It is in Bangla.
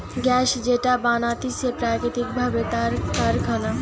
গ্যাস যেটা বানাতিছে প্রাকৃতিক ভাবে তার কারখানা